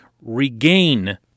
regain